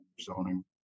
zoning